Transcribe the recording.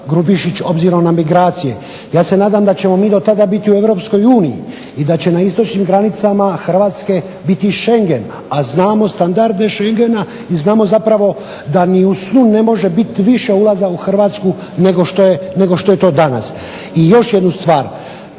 Grubišić obzirom na migracije. Ja se nadam da ćemo mi dotada biti u EU i da će na istočnim granicama biti Schengen. A znamo standarde Schengena i znamo zapravo da ni u snu ne može biti više ulaza u Hrvatsku nego što je to danas. I još jednu stvar,